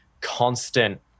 constant